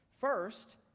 First